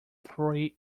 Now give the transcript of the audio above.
three